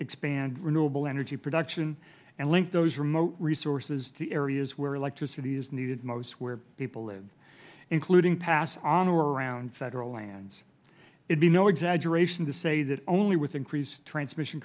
expand renewable energy production and link those remote resources to areas where electricity is needed most where people live including paths on or around federal lands it would be no exaggeration to say that only with increased transmission